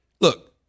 Look